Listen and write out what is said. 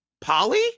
Polly